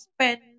spend